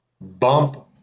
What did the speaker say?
Bump